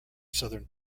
southern